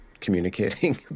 communicating